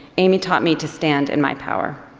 amy taught me to stand in my power.